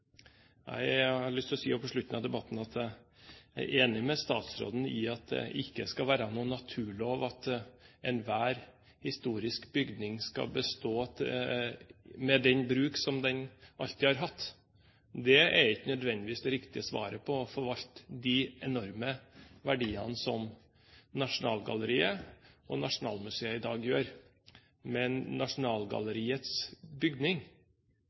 Jeg har også lyst til å si på slutten av debatten at jeg er enig med statsråden i at det ikke er noen naturlov at enhver historisk bygning skal bestå, med den bruk som den alltid har hatt. Det er ikke nødvendigvis det riktige svaret når det gjelder å forvalte de enorme verdiene som Nasjonalgalleriet og Nasjonalmuseet i dag gjør. Nasjonalgalleriets bygning